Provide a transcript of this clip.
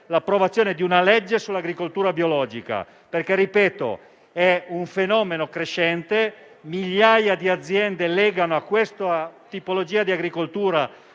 l'approvazione di una legge sull'agricoltura biologica, perché - lo ripeto - si tratta di un fenomeno crescente e migliaia di aziende legano a questa tipologia di agricoltura